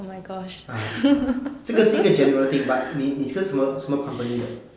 ah 这个是一个 general thing but 你 but 你是什么什么 company 的